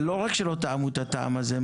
אבל לא רק שלא טעמו את הטעם הזה,